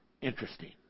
interesting